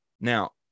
now